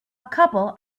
couple